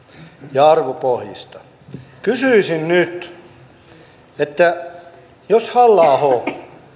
ja arvopohjista kysyisin nyt jos halla aho